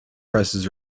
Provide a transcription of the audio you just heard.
prices